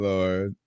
Lord